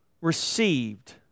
received